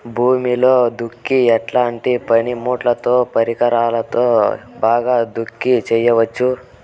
భూమిలో దుక్కి ఎట్లాంటి పనిముట్లుతో, పరికరాలతో బాగా దుక్కి చేయవచ్చున?